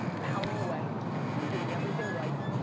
pounding away doing everything right,